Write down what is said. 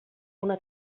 una